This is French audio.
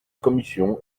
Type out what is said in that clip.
commission